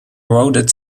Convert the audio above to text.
voted